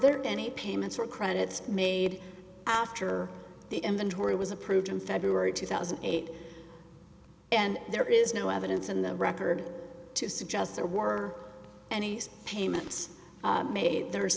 there any payments or credits made after the inventory was approved in february two thousand and eight and there is no evidence in the record to suggest there were any payments made there